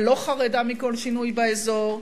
ולא חרדה מכל שינוי באזור,